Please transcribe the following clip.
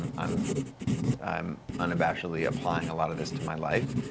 um i'm i'm unabashedly applying a lot of this to my life.